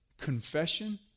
confession